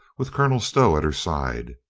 with colonel stow at her side.